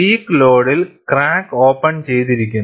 peak ലോഡിൽ crack open ചെയ്തിരിക്കുന്നു